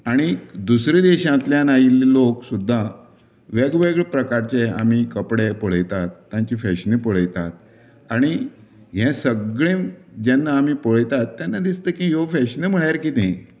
आनी दुसरे देशांतल्यान आयिल्ले लोक सुद्दा वेगवेगळे प्रकाराचे आमी कपडे पळयतात तांची फॅशनी पळयतात आनी हें सगळें जेन्ना आमी पळयतात तेन्ना म्हाका दिसता की ह्यो फॅशनी म्हणल्यार कितें